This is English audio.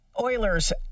Oilers